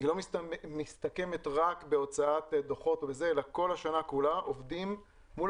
לא מסתכמת רק בהוצאת דוחות אלא כל השנה כולה עובדים מול